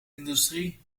industrie